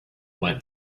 went